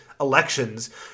elections